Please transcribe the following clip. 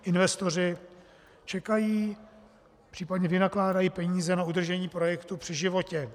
Investoři čekají, případně vynakládají peníze na udržení projektu při životě.